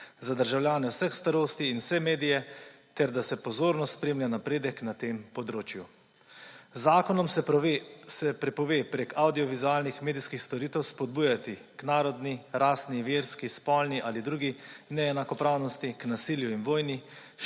za državljane vseh starosti in vse medije ter da se pozorno spremlja napredek na tem področju. Z zakonom se prepove prek avdiovizualnih medijskih storitev spodbujati k narodni, rasni, verski, spolni ali drugi neenakopravnosti, k nasilju in vojni,